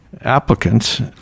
applicants